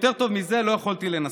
אלקין, יותר טוב מזה לא יכולתי לנסח.